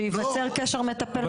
כשייווצר קשר מטפל-מטופל.